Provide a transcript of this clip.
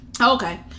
Okay